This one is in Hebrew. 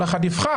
וכל אחד יבחר,